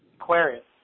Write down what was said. Aquarius